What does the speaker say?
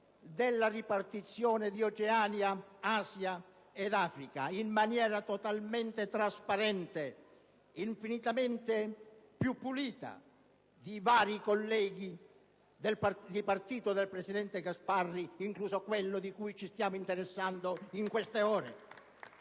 della circoscrizione Oceania, Asia ed Africa in maniera totalmente trasparente, infinitamente più pulita di vari colleghi del partito del presidente Gasparri, incluso quello di cui ci stiamo interessando in queste ore.